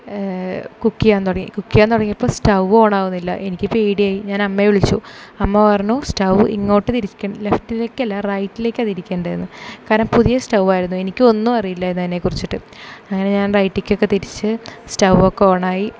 cook ചെയ്യാൻ തുടങ്ങി cook ചെയ്യാൻ തുടങ്ങിയപ്പോൾ സ്റ്റൌ ഓണാകുന്നില്ല എനിക്കു പേടി ആയി ഞാൻ അമ്മയെ വിളിച്ചു അമ്മ പറഞ്ഞു സ്റ്റൗ ഇങ്ങോട്ടേക്ക് തിരിക്കുക ലെഫ്റ്റിലേക്ക് അല്ല റൈറ്റിലേക്കാണ് തിരിക്കേണ്ടത് എന്ന് കാരണം പുതിയ സ്റ്റൗ ആയിരുന്നു എനിക്ക് ഒന്നും അറിയില്ലായിരുന്നു അതിനെക്കുറിച്ചിട്ട് അങ്ങനെ ഞാൻ റൈറ്റിക്ക് ഒക്കെ തിരിച്ച് സ്റ്റൗ ഒക്കെ ഓൺ ആയി